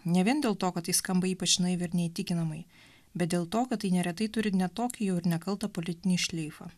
ne vien dėl to kad tai skamba ypač naiviai ir neįtikinamai bet dėl to kad tai neretai turi ne tokį jau ir nekaltą politinį šleifą